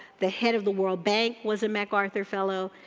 the head of the world bank was a macarthur fellow,